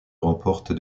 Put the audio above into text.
remporte